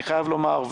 אני חייב לומר,